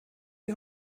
die